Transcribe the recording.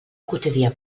quotidià